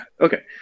Okay